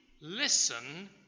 listen